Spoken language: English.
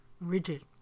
rigid